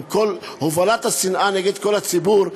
עם הובלת השנאה נגד כל הציבור,